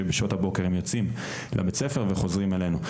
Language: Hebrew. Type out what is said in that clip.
שבשעות הבוקר הם יוצאים לבית הספר וחוזרים אלינו.